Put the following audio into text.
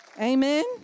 Amen